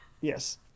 Yes